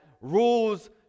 rules